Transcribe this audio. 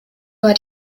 war